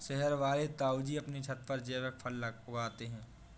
शहर वाले ताऊजी अपने छत पर जैविक फल उगाते हैं